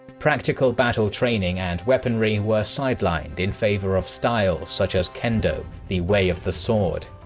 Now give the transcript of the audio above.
practical battle training and weaponry were sidelined in favour of styles such as kendo, the way of the sword.